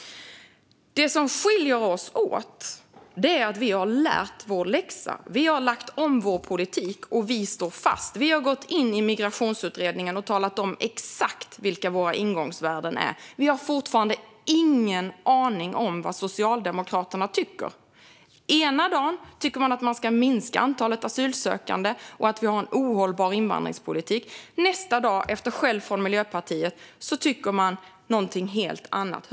Det som skiljer oss åt är att vi i Moderaterna har lärt oss vår läxa. Vi har lagt om vår politik och står fast. Vi har gått in i Migrationsutredningen och exakt talat om vilka ingångsvärden vi har. Fortfarande har vi dock ingen aning om vad Socialdemokraterna tycker. Ena dagen tycker de att man ska minska antalet asylsökande och att vi har en ohållbar invandringspolitik. Nästa dag tycker man någonting helt annat, efter att man har fått skäll av Miljöpartiet.